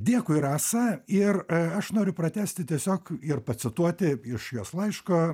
dėkui rasa ir aš noriu pratęsti tiesiog ir pacituoti iš jos laiško